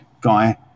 guy